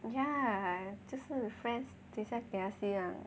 yeah 就是 friends 等一下给他希望